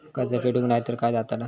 कर्ज फेडूक नाय तर काय जाताला?